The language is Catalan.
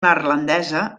neerlandesa